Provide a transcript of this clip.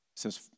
says